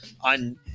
on –